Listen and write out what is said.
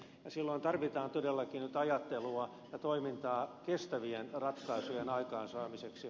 silloin tarvitaan todellakin ajattelua ja toimintaa kestävien ratkaisujen aikaansaamiseksi